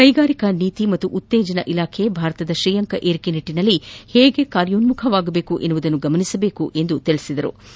ಕೈಗಾರಿಕಾ ನೀತಿ ಮತ್ತು ಉತ್ತೇಜನ ಇಲಾಖೆ ಭಾರತದ ಶ್ರೇಯಾಂಕ ಏರಿಕೆ ನಿಟ್ಟನಲ್ಲಿ ಹೇಗೆ ಕಾರ್ಯೋನ್ನುಖವಾಗಬೇಕು ಎಂಬುದನ್ನು ಗಮನಿಸಬೇಕು ಎಂದು ಹೇಳಿದ ಅರುಣ್ಜೇಟ್ಲ